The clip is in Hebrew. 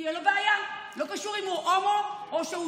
אני לא אוכל לעשות